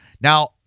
Now